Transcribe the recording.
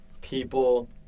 people